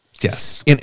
yes